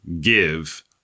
give